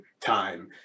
time